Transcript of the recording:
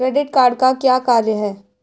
Credit card का क्या कार्य है?